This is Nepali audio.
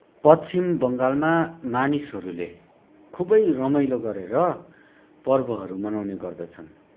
पश्चिम बङ्गालमा मानिसहरूले खुबै रमाइलो गरेर पर्वहरू मनाउने गर्दछन्